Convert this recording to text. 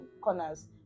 corners